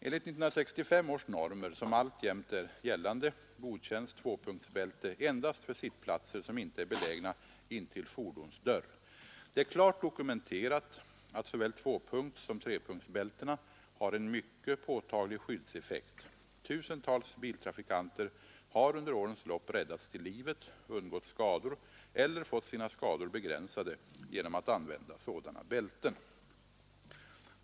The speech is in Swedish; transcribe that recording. Enligt 1965 års normer, som alltjämt är gällande, godkänns tvåpunktsbälte endast för sittplatser som inte är belägna intill fordonsdörr. Det är klart dokumenterat att såväl tvåpunktssom trepunktsbältena har en mycket påtaglig skyddseffekt. Tusentals biltrafikanter har under årens lopp räddats till livet, undgått skador eller fått sina skador begränsade genom att använda sådana bälten.